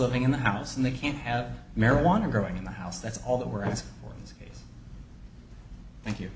being in the house and they can't have marijuana growing in the house that's all that were